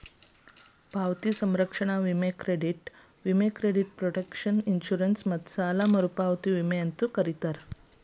ಪಾವತಿ ಸಂರಕ್ಷಣಾ ವಿಮೆ ಕ್ರೆಡಿಟ್ ವಿಮೆ ಕ್ರೆಡಿಟ್ ಪ್ರೊಟೆಕ್ಷನ್ ಇನ್ಶೂರೆನ್ಸ್ ಮತ್ತ ಸಾಲ ಮರುಪಾವತಿ ವಿಮೆ ಅಂತೂ ಕರೇತಾರ